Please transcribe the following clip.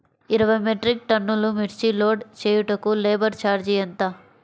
ఇరవై మెట్రిక్ టన్నులు మిర్చి లోడ్ చేయుటకు లేబర్ ఛార్జ్ ఎంత?